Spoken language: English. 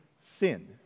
sin